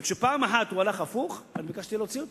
וכשפעם אחת הוא הלך הפוך, ביקשתי להוציא אותו.